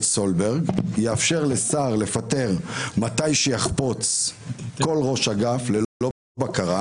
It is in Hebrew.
סולברג יאפשר לשר לפטר מתי שיחפוץ כל ראש אגף ללא בקרה,